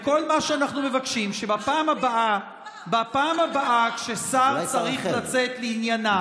כל מה שאנחנו מבקשים הוא שבפעם הבאה ששר צריך לצאת לענייניו,